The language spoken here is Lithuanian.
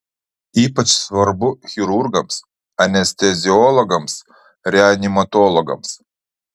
ypač svarbu chirurgams anesteziologams reanimatologams